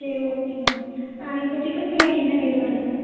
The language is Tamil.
சரி ஓகேங்க மேம் இப்போ சிக்கன் பிரியாணி என்ன ரேட் வருதுங்க